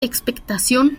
expectación